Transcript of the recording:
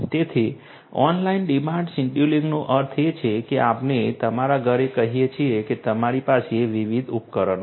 તેથી online demand શેડ્યુલિંગનો અર્થ એ છે કે આપણે તમારા ઘરે કહીએ છીએ કે તમારી પાસે વિવિધ ઉપકરણો છે